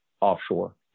offshore